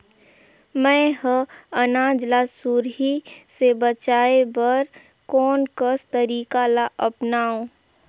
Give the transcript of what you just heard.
मैं ह अनाज ला सुरही से बचाये बर कोन कस तरीका ला अपनाव?